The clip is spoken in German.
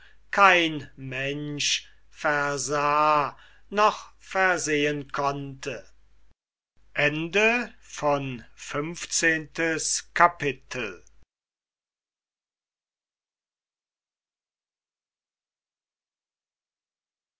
kein mensch versah noch versehen konnte sechzehntes kapitel